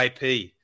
IP